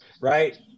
right